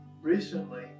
Recently